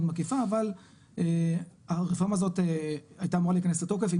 מקיפה אבל הרפורמה הזאת הייתה אמורה להיכנס לתוקף עם